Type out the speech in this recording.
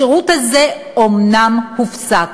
השירות הזה אומנם הופסק,